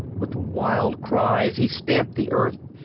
with wild cries he stamped the earth,